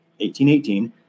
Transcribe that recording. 1818